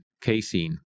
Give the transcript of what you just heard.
casein